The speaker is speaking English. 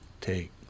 take